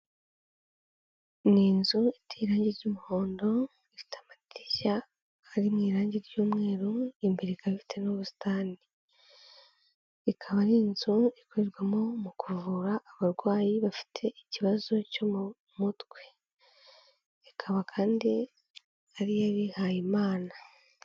Ni inzu iteye irangi ry'umuhondo, ifite amadirishya ari mu irangi ry'umweru, imbere ikaba ifite n'ubusitani, ikaba ari inzu ikorerwamo mu kuvura abarwayi bafite ikibazo cyo mu mutwe, ikaba kandi ari iy'abihayimana.